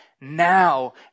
now